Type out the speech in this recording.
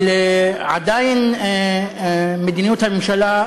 אבל עדיין מדיניות הממשלה,